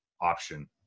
option